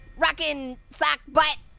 rockin' sock butt.